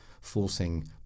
forcing